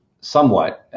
somewhat